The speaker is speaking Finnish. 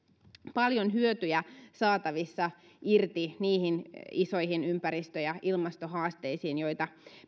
paljon hyötyjä saatavissa irti niihin isoihin ympäristö ja ilmastohaasteisiin joita